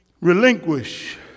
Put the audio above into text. Relinquish